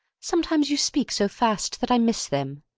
sometimes you speak so fast that i miss them.